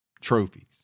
trophies